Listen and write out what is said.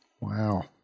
Wow